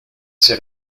ces